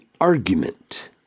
argument